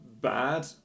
bad